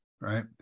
right